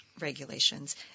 regulations